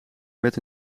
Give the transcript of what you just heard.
met